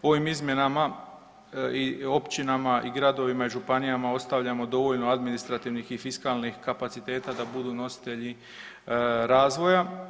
Ovim izmjenama općinama i gradovima i županijama ostavljamo dovoljno administrativnih i fiskalnih kapaciteta da budu nositelji razvoja.